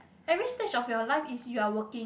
every stage of your life is you are working